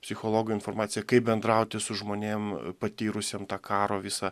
psichologų informacija kaip bendrauti su žmonėm patyrusiem tą karo visą